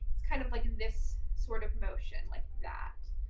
kind of like this sort of motion, like that.